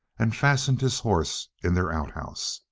and fastened his horse in their out-house.